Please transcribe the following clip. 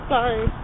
Sorry